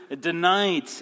denied